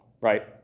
right